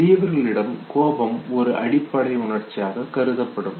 பெரியவர்களிடம் கோபம் ஒரு அடிப்படை உணர்ச்சி ஆக கருதப்படும்